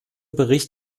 bericht